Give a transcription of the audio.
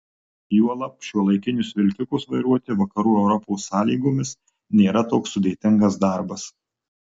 juolab šiuolaikinius vilkikus vairuoti vakarų europos sąlygomis nėra toks sudėtingas darbas